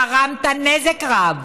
גרמת נזק רב